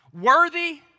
worthy